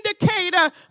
indicator